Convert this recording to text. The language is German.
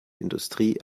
industrie